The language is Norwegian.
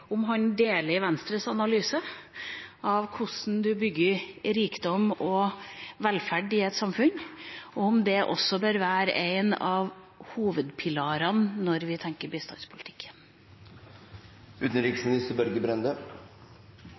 om han deler Venstres analyse av hvordan en bygger rikdom og velferd i et samfunn, og om det også bør være en av hovedpilarene når vi tenker